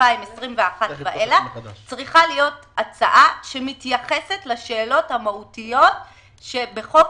2021 ואילך צריכה להיות הצעה שמתייחסת לשאלות המהותיות שבחוק